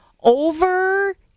over